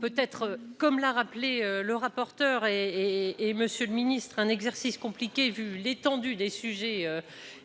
peut-être, comme l'a rappelé le rapporteur et et Monsieur le Ministre, un exercice compliqué, vu l'étendue des sujets évoqués